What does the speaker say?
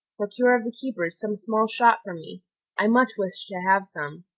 procure of the keepers some small shot for me i much wish to have some.